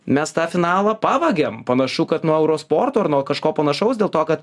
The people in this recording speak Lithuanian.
mes tą finalą pavogiam panašu kad nuo euro sporto ar nuo kažko panašaus dėl to kad